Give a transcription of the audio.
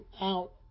out